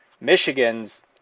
Michigan's